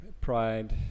pride